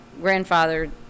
grandfather